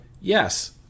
yes